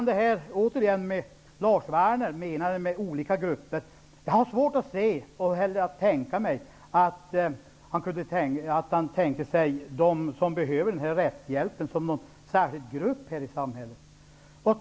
När det gäller vad Lars Werner menade med olika grupper, har jag svårt att tänka mig att han menade dem som behöver rättshjälp som en särskild grupp här i samhället.